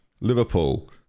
Liverpool